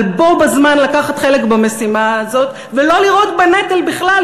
אבל בו בזמן לקחת חלק במשימה הזאת ולא לראות בה נטל בכלל,